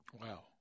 Wow